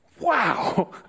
wow